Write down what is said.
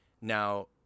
Now